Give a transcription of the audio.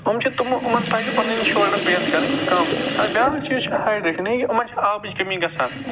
أمۍ چھِ تٔمہٕ یِمَن پَزِ پَنٕنۍ شولڈر پٮ۪ن کرٕنۍ کَم ییٚمہٕ ساتہٕ بیاکھ چیٖز چھُ ہے ڈٮ۪ک یِمَن چھِ آبٕچ کٔمی گژھان